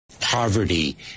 Poverty